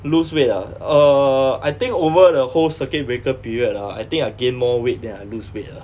lose weight ah err I think over the whole circuit breaker period ah I think I gain more weight than I lose weight lah